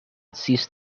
cease